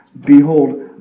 Behold